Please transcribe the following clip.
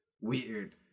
weird